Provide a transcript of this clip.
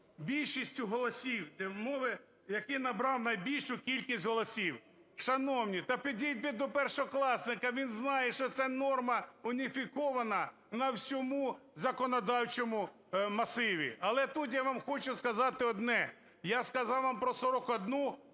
більшістю голосів, за умови, який набрав найбільшу кількість голосів". Шановні, та підіть до першокласника, він знає, що ця норма уніфікована на всьому законодавчому масиві. Але тут я вам хочу сказати одне. Я сказав вам про 41